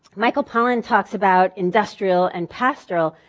michael pollan talks about industrial and pastoral.